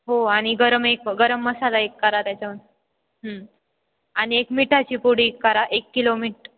हो आणि गरम एक गरम मसाला एक करा त्याच्यावर आणि एक मिठाची पुडी एक करा एक किलो मीठ